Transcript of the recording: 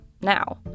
now